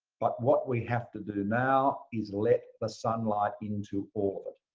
but what we have to do now is let the sunlight into all of it.